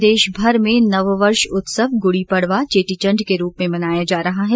प्रदेशमर में नववर्ष उत्सव गुडी पडवा चेटीचण्ड के रूप में मनाया जा रहा है